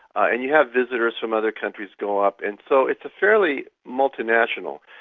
and you have visitors from other countries go up, and so it's fairly multinational.